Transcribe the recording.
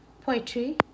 poetry